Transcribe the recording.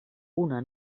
una